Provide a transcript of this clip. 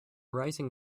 rising